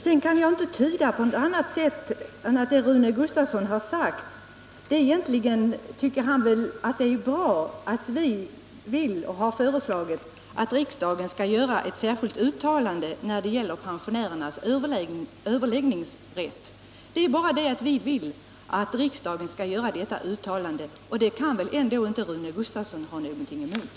Det som Rune Gustavsson har sagt kan jag inte tyda på annat sätt än att han egentligen tycker att det är bra att vi har föreslagit att riksdagen skall göra ett särskilt uttalande när det gäller pensionärernas överläggningsrätt. Det är ju bara det vi vill, och det kan väl inte Rune Gustavsson ha någonting emot.